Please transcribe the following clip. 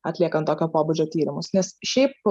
atliekant tokio pobūdžio tyrimus nes šiaip